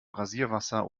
rasierwasser